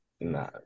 Nah